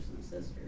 sisters